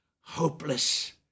hopeless